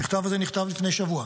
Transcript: המכתב הזה נכתב לפני שבוע.